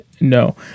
No